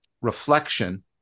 reflection